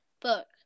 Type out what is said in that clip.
book